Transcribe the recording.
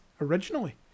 originally